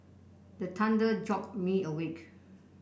the thunder jolt me awake